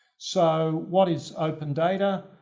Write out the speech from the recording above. so, what is open data?